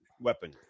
weapon